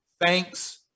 Thanks